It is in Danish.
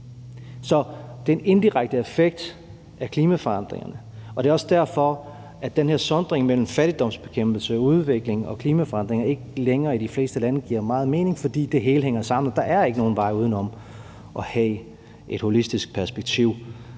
Så det er en indirekte effekt af klimaforandringerne, og det er også derfor, at den her sondring mellem fattigdomsbekæmpelse og udvikling og klimaforandringer ikke længere i de fleste lande giver meget mening, fordi det hele hænger sammen, og der er ikke nogen vej uden om at have et holistisk perspektiv.